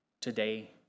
Today